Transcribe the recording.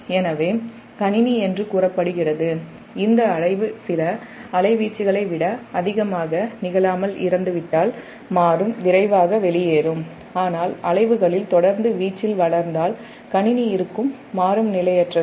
எனவே கணினி என்று கூறப்படுகிறது இந்த அலைவு சில அலைவீச்சுகளை விட அதிகமாக நிகழாமல் இறந்துவிட்டால் விரைவாக வெளியேறும்ஆனால் அலைவுகளில் தொடர்ந்து வீச்சில் வளர்ந்தால் கணினி மாறும் நிலையற்றது